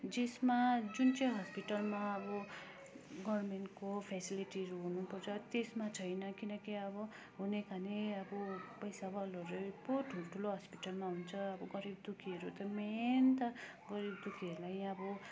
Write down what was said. जसमा जुन चाहिँ हस्पिटलमा अब गभर्मेन्टको फेसिलिटीहरू हुनुपर्छ त्यसमा छैन किनकि अब हुनेखाने अब पैसावालाहरू पो ठुल्ठुलो हस्पिटलमा हुन्छ अब गरिबदुःखीहरू त मेन त गरिबदुःखीहरूलाई अब